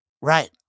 Right